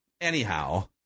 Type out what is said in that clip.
anyhow